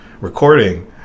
recording